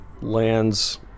lands